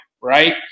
right